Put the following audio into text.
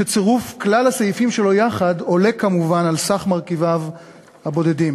שצירוף כלל הסעיפים שלו יחד עולה כמובן על סך מרכיביו הבודדים.